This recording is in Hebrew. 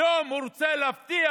היום הוא רוצה להבטיח: